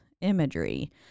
imagery